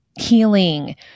healing